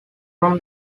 from